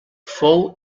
fou